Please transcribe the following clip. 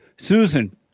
Susan